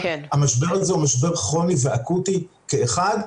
המשבר הזה הוא משבר כרוני ואקוטי כאחד,